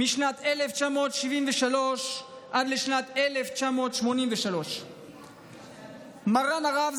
משנת 1973 עד שנת 1983. מרן הרב,